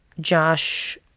Josh